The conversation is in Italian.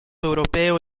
europeo